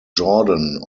jordan